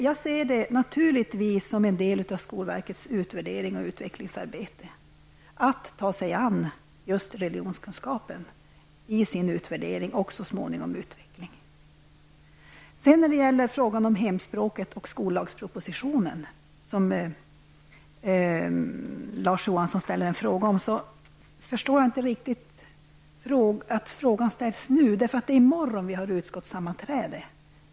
Jag ser det naturligtvis som en uppgift för skolverket att ta sig an just religionskunskapen i sitt utvecklingsarbete och så småningom i sin utvärdering. När det gäller hemspråksundervisningen och skollagspropositionen, som Larz Johansson ställde en fråga om, förstår jag inte riktigt att frågan ställs nu. Det är i morgon vi har utskottssammanträde.